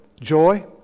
joy